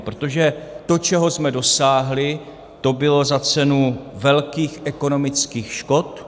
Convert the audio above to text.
Protože to, čeho jsme dosáhli, to bylo za cenu velkých ekonomických škod.